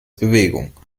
bewegung